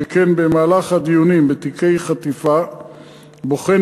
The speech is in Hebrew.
שכן במהלך הדיונים בתיקי חטיפה בוחן